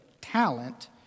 talent